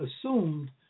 assumed